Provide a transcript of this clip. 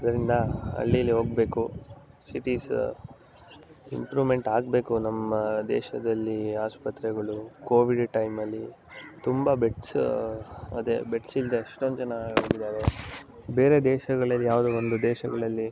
ಇದರಿಂದ ಹಳ್ಳೀಲಿ ಹೋಗಬೇಕು ಸಿಟೀಸ್ ಇಂಪ್ರೂಮೆಂಟ್ ಆಗಬೇಕು ನಮ್ಮ ದೇಶದಲ್ಲಿ ಆಸ್ಪತ್ರೆಗಳು ಕೋವಿಡ್ ಟೈಮಲ್ಲಿ ತುಂಬ ಬೆಡ್ಸ್ ಅದೇ ಬೆಡ್ಸ್ ಇಲ್ಲದೇ ಎಷ್ಟೊಂದು ಜನ ಹೋಗಿದ್ದಾರೆ ಬೇರೆ ದೇಶಗಳಲ್ಲಿ ಯಾವುದು ಒಂದು ದೇಶಗಳಲ್ಲಿ